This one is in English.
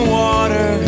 water